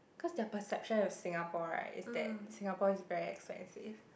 cause their perception of Singapore right is that Singapore is very expensive